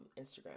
Instagram